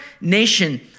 nation